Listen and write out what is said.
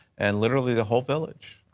and literally the whole village,